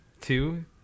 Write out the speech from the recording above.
two